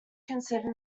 constructed